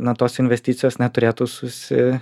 na tos investicijos neturėtų susi